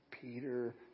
Peter